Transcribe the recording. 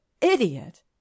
idiot